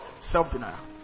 self-denial